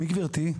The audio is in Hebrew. מי גברתי?